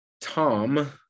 Tom